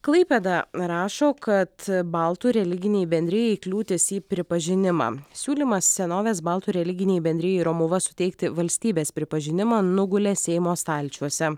klaipėda rašo kad baltų religinei bendrijai kliūtis į pripažinimą siūlymas senovės baltų religinei bendrijai romuva suteikti valstybės pripažinimą nugulė seimo stalčiuose